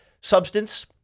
substance